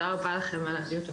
תודה רבה לכם על הדיון,